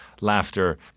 laughter